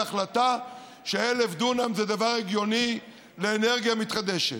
החלטה ש-1,000 דונם זה דבר הגיוני לאנרגיה מתחדשת?